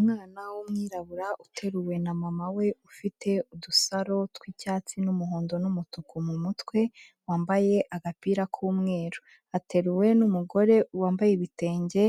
Umwana w'umwirabura uteruwe na mama we ufite udusaro tw'icyatsi n'umuhondo n'umutuku mu mutwe, wambaye agapira k'umweru. Ateruwe n'umugore wambaye ibitenge,